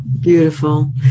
beautiful